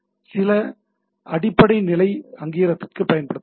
இது சில அடிப்படை நிலை அங்கீகாரத்திற்கு பயன்படுத்தப்படலாம்